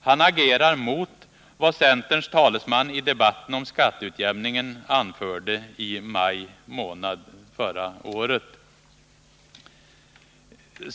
Han agerar mot vad centerns talesman i debatten om skatteutjämningen anförde i maj månad förra året.